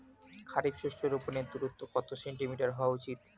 খারিফ শস্য রোপনের দূরত্ব কত সেন্টিমিটার হওয়া উচিৎ?